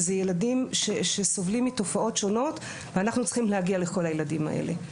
זה ילדים שסובלים מתופעות שונות ואנחנו צריכים להגיע לכל הילדים האלה.